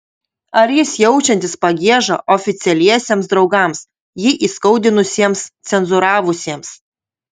ar jis jaučiantis pagiežą oficialiesiems draugams jį įskaudinusiems cenzūravusiems